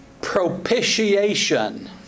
propitiation